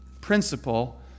principle